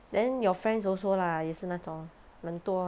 then your friends also lah 也是那种懒惰 [one]